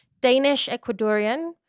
Danish-Ecuadorian